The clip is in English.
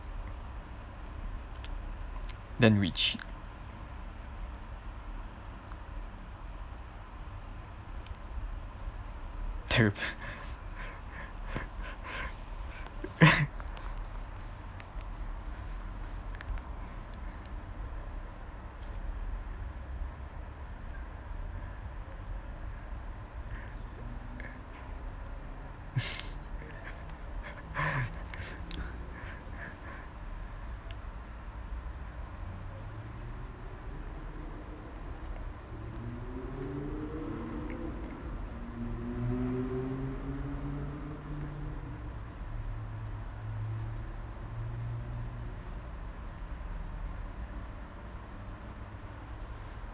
then which